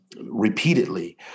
repeatedly